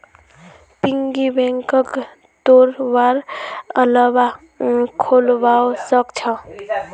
piggy बैंकक तोडवार अलावा खोलवाओ सख छ